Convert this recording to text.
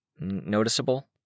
noticeable